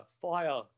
fire